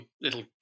little